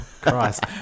Christ